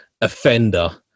offender